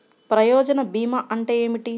ప్రయోజన భీమా అంటే ఏమిటి?